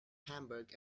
hamburg